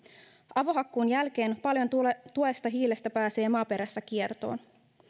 avohakkuun jälkeen paljon tuosta hiilestä pääsee maaperästä kiertoon